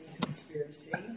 conspiracy